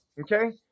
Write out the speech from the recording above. Okay